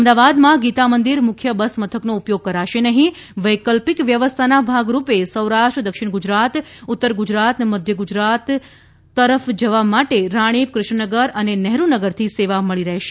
અમદાવાદમાં ગીતા મંદિર મુખ્ય બસ મથકનો ઉપયોગ કરાશે નહીં વૈકલ્પિક વ્યવસ્થાના ભાગરૂપે સૌરાષ્ટ્ર દક્ષિણ ગુજરાત ઉત્તર ગુજરાત મધ્ય ગુજરાત તરફ જવા માટે રાણીપ કૃષ્ણનગર અને નહેરૂનગર થી સેવા મળી રહીશે